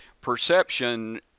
perception